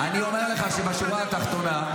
אני אומר לך שבשורה התחתונה,